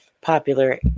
popular